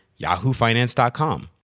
yahoofinance.com